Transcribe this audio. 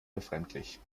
befremdlich